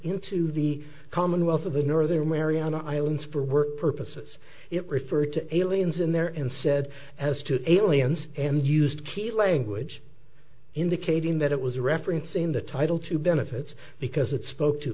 into the commonwealth of the northern mariana islands for work purposes it referred to aliens in there and said as to aliens and used key language indicating that it was a reference in the title to benefits because it spoke to